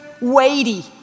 weighty